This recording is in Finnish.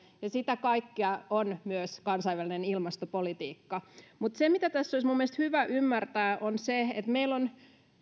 ja sitä kaikkea on myös kansainvälinen ilmastopolitiikka minun mielestäni olisi hyvä ymmärtää että